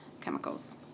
chemicals